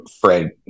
Fred